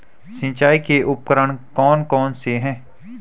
सिंचाई के उपकरण कौन कौन से हैं?